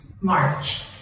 March